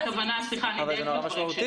אבל מה שהיא אומרת זה מאוד משמעותי,